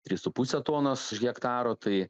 trys su puse tonos iš hektaro tai